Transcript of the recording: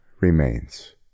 remains